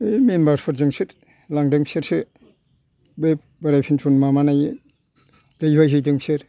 ओइ मेम्बार फोरजोंसो लांदों बिसोरसो बे बोराय फेन्सन मामानाय दैबाय हैदों फिसोर